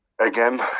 again